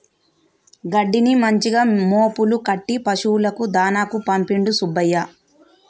గడ్డిని మంచిగా మోపులు కట్టి పశువులకు దాణాకు పంపిండు సుబ్బయ్య